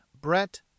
Brett